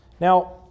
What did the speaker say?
Now